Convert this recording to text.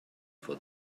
for